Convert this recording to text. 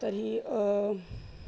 तर्हि